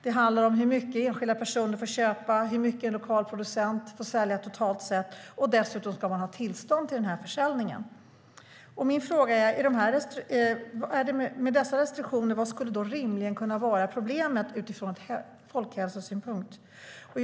Det handlar om hur mycket enskilda personer får köpa, hur mycket en lokal producent får sälja totalt sett, och dessutom ska man ha tillstånd till försäljningen. Min fråga är: Vad skulle rimligen med dessa restriktioner kunna vara problemet utifrån folkhälsosynpunkt?